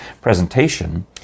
presentation